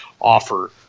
offer